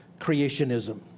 creationism